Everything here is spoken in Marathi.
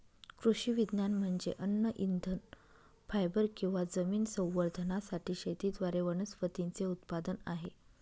कृषी विज्ञान म्हणजे अन्न इंधन फायबर किंवा जमीन संवर्धनासाठी शेतीद्वारे वनस्पतींचे उत्पादन आहे